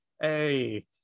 Hey